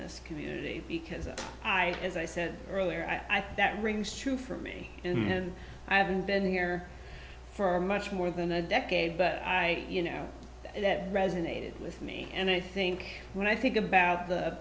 this community because i as i said earlier i think that rings true for me and i haven't been here for much more than a decade but i you know that resonated with me and i think when i think about the